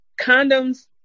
condoms